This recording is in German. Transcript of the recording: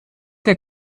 der